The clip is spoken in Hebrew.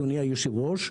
אדוני היושב-ראש,